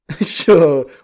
sure